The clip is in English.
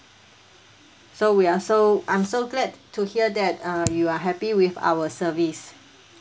so we are so I'm so glad to hear that uh you are happy with our service